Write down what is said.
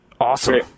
Awesome